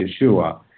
Yeshua